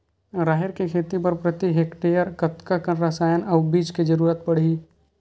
राहेर के खेती बर प्रति हेक्टेयर कतका कन रसायन अउ बीज के जरूरत पड़ही?